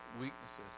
weaknesses